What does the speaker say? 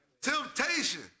temptation